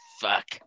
fuck